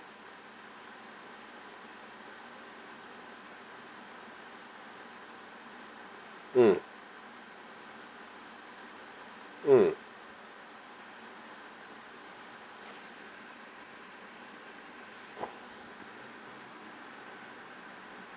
mm mm